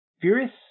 Furious